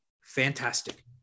fantastic